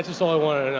just all i wanted